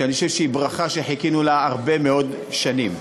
שאני חושב שהיא ברכה שחיכינו לה הרבה מאוד שנים.